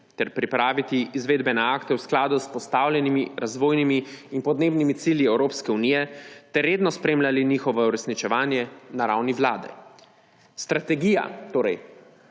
ter pripraviti izvedbene akte v skladu s postavljenimi razvojnimi in podnebnimi cilji Evropske unije ter redno spremljali njihovo uresničevanje na ravni vlade. Strategija torej,